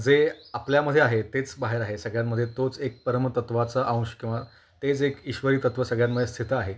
जे आपल्यामध्ये आहे तेच बाहेर आहे सगळ्यांमध्ये तोच एक परमतत्वाचा अंश किंवा तेच एक ईश्वरी तत्व सगळ्यांमध्ये स्थित आहे